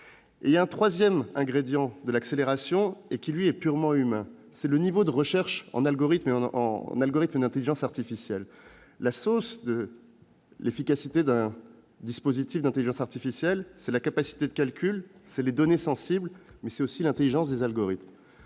Un troisième ingrédient de l'accélération est, quant à lui, purement humain. Il s'agit du niveau de recherche en algorithmes et en intelligence artificielle. La source de l'efficacité d'un dispositif d'intelligence artificielle, c'est la capacité de calcul, ce sont les données sensibles, mais c'est aussi l'intelligence des algorithmes.